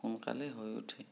সোনকালে হৈ উঠে